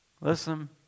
Listen